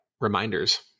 reminders